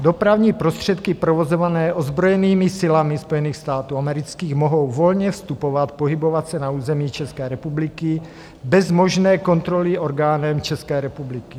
Dopravní prostředky provozované ozbrojenými silami Spojených států amerických mohou volně vstupovat, pohybovat se na území České republiky bez možné kontroly orgánem České republiky.